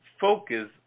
focus